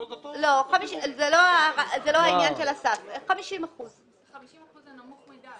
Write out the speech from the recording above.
אותו --- זה לא העניין של הסף 50%. 50% זה נמוך מדי,